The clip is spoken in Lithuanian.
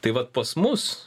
tai vat pas mus